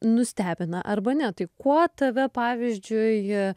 nustebina arba ne tai kuo tave pavyzdžiui